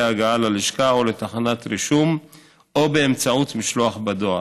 הגעה ללשכה או לתחנת רישום או באמצעות משלוח בדואר,